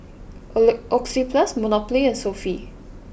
Oli Oxyplus Monopoly and Sofy